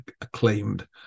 acclaimed